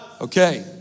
Okay